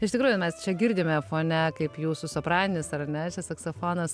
iš tikrųjų mes čia girdime fone kaip jūsų sopraninis ar ne čia saksofonas